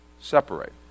separate